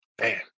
man